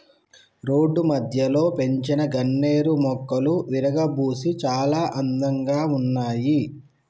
road మధ్యలో పెంచిన గన్నేరు మొక్కలు విరగబూసి చాలా అందంగా ఉన్నాయి